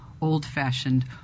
old-fashioned